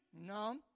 No